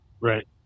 Right